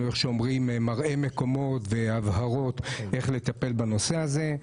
מראי מקומות והבהרות איך לטפל בנושא הזה,